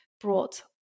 brought